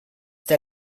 der